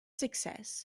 success